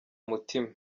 mutima